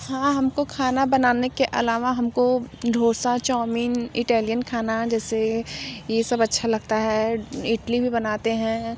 हाँ हम को खाना बनाने के अलावा हम को डोसा चौमीन इटैलियन खाना जैसे ये सब अच्छा लगता है इटली भी बनाते हैं